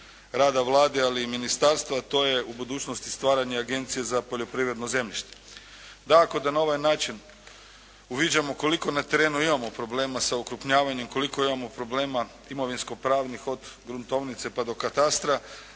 rada Vlade ali i ministarstva, to je u budućnosti stvaranje Agencije za poljoprivredno zemljište. Dakako da na ovaj način uviđamo koliko na terenu imamo problema sa okrupnjavanjem, koliko imamo problema imovinsko-pravnih od gruntovnice pa do katastra,